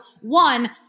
one